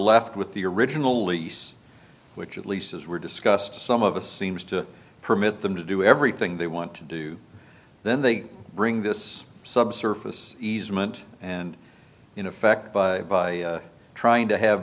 left with the original lease which at least as were discussed some of us seems to permit them to do everything they want to do then they bring this subsurface easement and in effect by trying to have